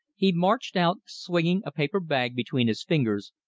he marched out, swinging a paper bag between his fingers,